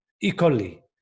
equally